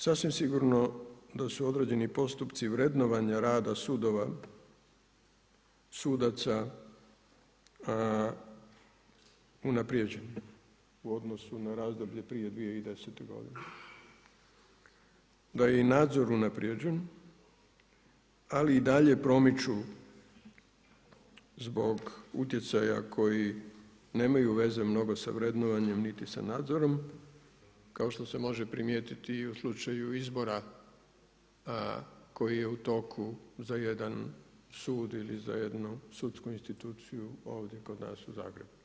Sasvim sigurno da su određeni postupci vrednovanja rada sudova, sudaca unaprijeđeni u razdoblju prije 2010. godine, da je i nadzor unaprijeđen ali i dalje promiču zbog utjecaja koji nemaju veze mnogo sa vrednovanjem niti sa nadzorom kao što se može primijetiti i u slučaju izbora koji je u toku za jedan sud ili za jednu sudsku instituciju ovdje kod nas u Zagrebu.